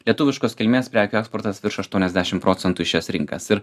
lietuviškos kilmės prekių eksportas virš aštuoniasdešimt procentų šias rinkas ir